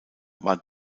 war